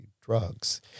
drugs